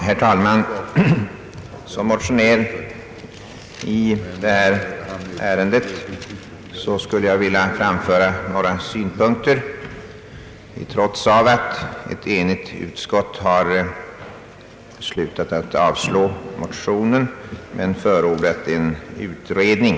Herr talman! Som motionär i det här ärendet vill jag framföra några synpunkter trots att ett enigt utskott har beslutat att avstyrka motionen och i stället förordat en utredning.